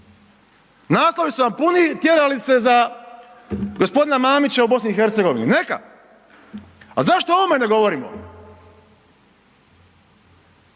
Naslovi su vam puni tjeralice za gospodina Mamića u BiH, neka. A zašto o ovome ne govorimo,